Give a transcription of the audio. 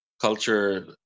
culture